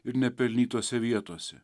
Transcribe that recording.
ir nepelnytose vietose